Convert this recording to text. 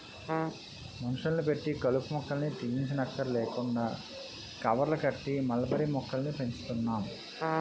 మనుషుల్ని పెట్టి కలుపు మొక్కల్ని తీయంచక్కర్లేకుండా కవర్లు కట్టి మల్బరీ మొక్కల్ని పెంచుతున్నాం